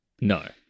No